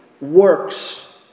works